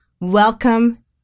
Welcome